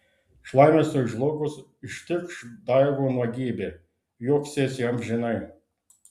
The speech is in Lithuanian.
šlamesiui žlugus ištikš daigo nuogybė juoksiesi amžinai